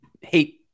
hate